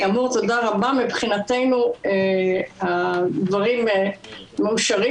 מבחינתנו הדברים מאושרים.